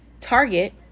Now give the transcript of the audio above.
target